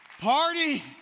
party